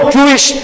Jewish